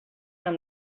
amb